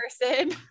person